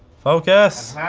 focus.